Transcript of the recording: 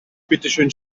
bitteschön